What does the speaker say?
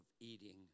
eating